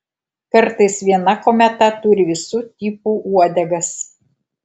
kartais viena kometa turi visų tipų uodegas